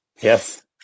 Yes